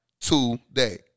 today